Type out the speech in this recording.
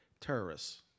terrorists